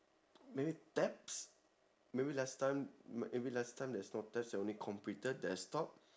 maybe tabs maybe last time maybe last time there's no tabs only computer desktop